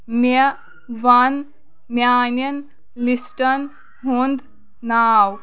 مےٚ ون میانین لسٹن ہُند ناو